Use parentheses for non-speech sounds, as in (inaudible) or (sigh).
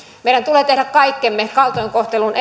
meidän tulee tehdä kaikkemme kaltoinkohtelun (unintelligible)